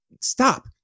stop